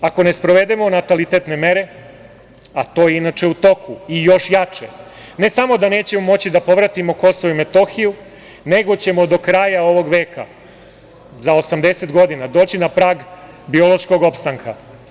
Ako ne sprovedemo natalitetne mere, a to je inače u toku i još jače, ne samo da nećemo moći da povratimo Kosovo i Metohiju, nego ćemo do kraja ovog veka za 80 godina doći na prag biološkog opstanka.